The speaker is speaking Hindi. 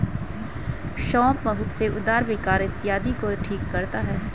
सौंफ बहुत से उदर विकार इत्यादि को ठीक करता है